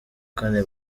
kane